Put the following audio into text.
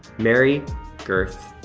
mary girth,